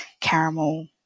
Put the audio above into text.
caramel